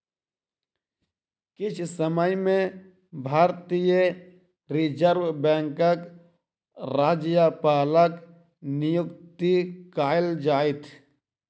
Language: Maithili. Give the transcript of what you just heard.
किछ समय में भारतीय रिज़र्व बैंकक राज्यपालक नियुक्ति कएल जाइत